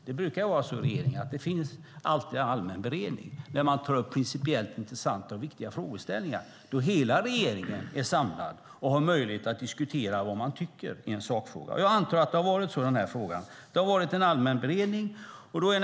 Det brukar ju vara så i regeringar att det alltid finns en allmän beredning, där man tar upp principiellt intressanta och viktiga frågeställningar och då hela regeringen är samlad och har möjlighet att diskutera vad man tycker i en sakfråga. Jag antar att det har varit så i den här frågan, att det har varit en allmän beredning.